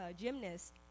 gymnast